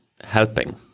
helping